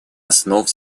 основ